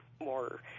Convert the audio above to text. more